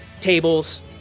tables